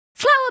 Flower